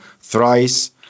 thrice